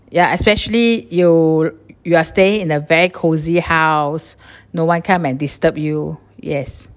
ya especially you you are staying in a very cosy house no one come and disturb you yes